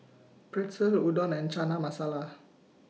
Pretzel Udon and Chana Masala